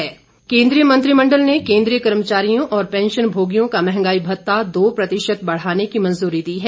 महंगाई भत्ता केंद्रीय मंत्रिमंडल ने केन्द्रीय कर्मचारियों और पेंशन भोगियों का मंहगाई भत्ता दो प्रतिशत बढ़ाने की मंजूरी दी है